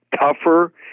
tougher